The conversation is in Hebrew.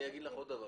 אני אגיד לך עוד דבר.